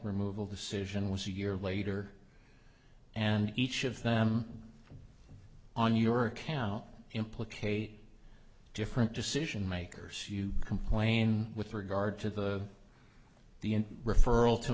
removal decision was a year later and each of them on your account implicate different decision makers you complained with regard to the the referral to